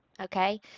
okay